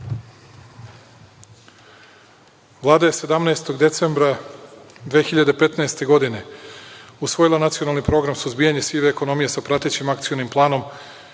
Vlada je 17. decembra 2015. godine usvojila Nacionalni program suzbijanja sive ekonomije sa pratećim Akcionim planom,